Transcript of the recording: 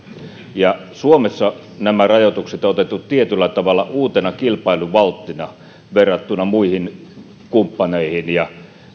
suomessa rajoitukset on otettu tietyllä tavalla uutena kilpailuvalttina verrattuna muihin kumppaneihin ja